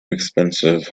expensive